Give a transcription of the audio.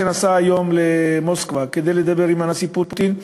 שנסע היום למוסקבה כדי לדבר עם הנשיא פוטין,